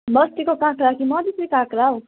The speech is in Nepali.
बस्तीको काँक्रा हो कि मधेसी काँक्रा हो